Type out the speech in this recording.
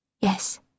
Yes